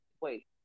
wait